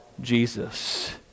Jesus